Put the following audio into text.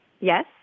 Yes